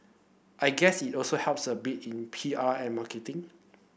I guess it also helps a bit in P R and marketing